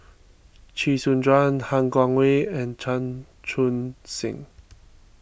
Chee Soon Juan Han Guangwei and Chan Chun Sing